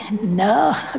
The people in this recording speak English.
No